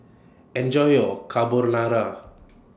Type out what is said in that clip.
Enjoy your Carbonara